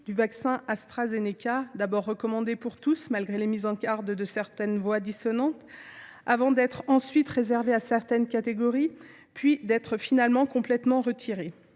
du vaccin AstraZeneca, d’abord recommandé pour tous malgré les mises en garde de certaines voix dissonantes, avant d’être réservé à certaines catégories, puis finalement complètement retiré.